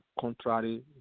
contrary